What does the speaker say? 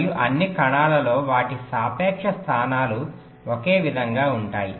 మరియు అన్ని కణాలలో వాటి సాపేక్ష స్థానాలు ఒకే విధంగా ఉంటాయి